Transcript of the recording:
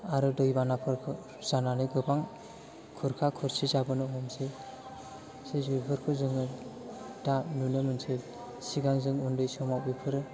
आरो दैबानाफोर जानानै खुरजानानै गोबां खुरखा खुरसि जाबोनो हमसै बेफोरखौ जों दा नुनो मोनसै सिगां जों उन्दै समाव बेफोरो